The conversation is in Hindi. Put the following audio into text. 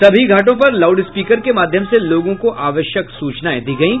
सभी घाटों पर लॉउड स्पीकर के माध्यम से लोगों को आवश्यक सूचनाएं दी गयी